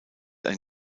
ein